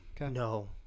no